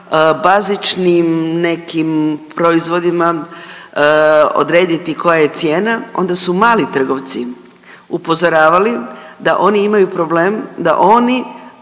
bazičnim nekim proizvodima odrediti koja je cijena onda su mali trgovci upozoravali da oni imaju problem da oni